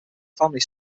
family